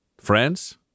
Friends